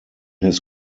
his